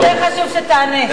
יותר חשוב שתענה.